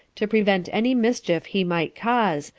to prevent any mischief he might cause,